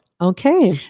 Okay